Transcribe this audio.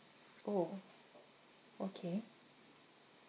orh okay